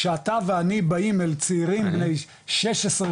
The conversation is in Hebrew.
כשאתה ואני באים אל צעירים בני 16-18